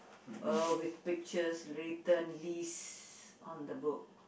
uh with pictures written lease on the book